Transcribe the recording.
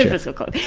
fiscal cliff.